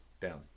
Down